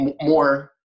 more